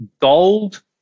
Gold